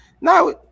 now